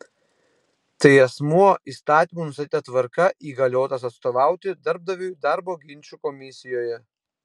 tai asmuo įstatymų nustatyta tvarka įgaliotas atstovauti darbdaviui darbo ginčų komisijoje